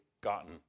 gotten